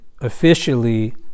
officially